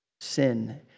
sin